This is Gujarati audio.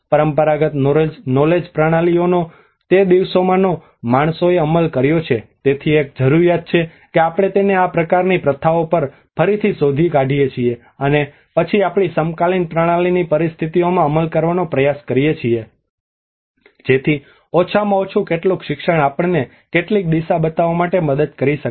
પરંપરાગત નોલેજ પ્રણાલીઓનો તે દિવસોમાં માણસોએ અમલ કર્યો છે તેથી એક જરૂરિયાત છે કે આપણે તેને આ પ્રકારની પ્રથાઓ પર ફરીથી શોધી કાઢીએ અને પછી આપણી સમકાલીન પ્રણાલીની પરિસ્થિતિઓમાં અમલ કરવાનો પ્રયાસ કરી શકીએ જેથી ઓછામાં ઓછું કેટલુક શિક્ષણ આપણને કેટલીક દિશા બતાવવા માટે મદદ કરી શકે